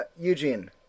Eugene